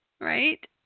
right